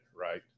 Right